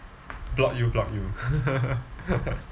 block you block you